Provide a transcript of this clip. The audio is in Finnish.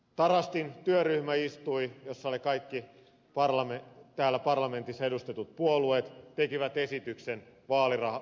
tarastin työryhmä istui jossa olivat kaikki täällä parlamentissa edustetut puolueet ja teki esityksen vaalirahoituksesta